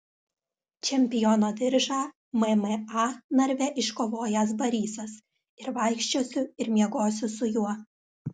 čempiono diržą mma narve iškovojęs barysas ir vaikščiosiu ir miegosiu su juo